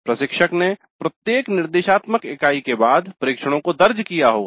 प्रशिक्षक ने प्रत्येक निर्देशात्मक इकाई के बाद प्रेक्षणों को दर्ज किया होगा